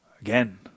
again